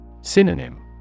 Synonym